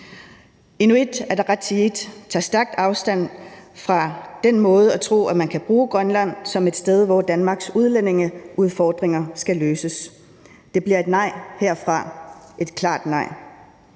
Inuit Ataqatigiit tager stærkt afstand fra den måde at tro, at man kan bruge Grønland som et sted, hvor Danmarks udlændingeudfordringer skal løses. Det bliver et nej herfra – et klart nej.